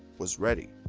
was ready.